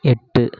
எட்டு